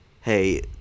hey